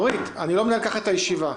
אני לא מנהל ככה את הישיבה.